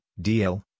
DL